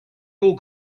all